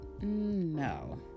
no